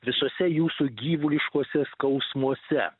visuose jūsų gyvuliškuose skausmuose